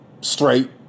straight